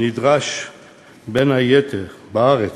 נדרש בארץ,